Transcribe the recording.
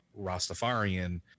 Rastafarian